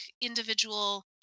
individual